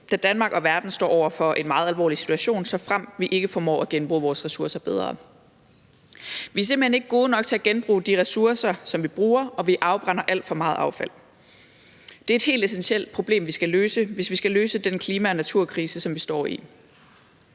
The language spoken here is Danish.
da Danmark og verden står over for en meget alvorlig situation, såfremt vi ikke formår at genbruge vores ressourcer bedre. Vi er simpelt hen ikke gode nok til at genbruge de ressourcer, som vi bruger, og vi afbrænder alt for meget affald. Det er et helt essentielt problem, vi skal løse, hvis vi skal løse den klima- og naturkrise, som vi står i.